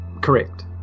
correct